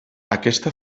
aquesta